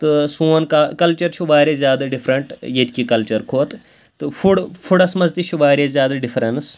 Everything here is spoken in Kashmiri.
تہٕ سون کا کَلچَر چھُ واریاہ زیادٕ ڈِفرَنٛٹ ییٚتہِ کہِ کَلچَر کھۄتہٕ تہٕ فُڈ فُڈَس منٛز تہِ چھِ واریاہ زیادٕ ڈِفرَنٕس